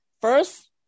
First